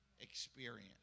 experience